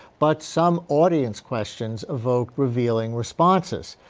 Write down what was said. but some audience questions evoked revealing responses.